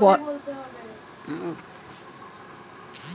bond যেটা দেশ আর মিলিটারির মধ্যে হয়ে থাকে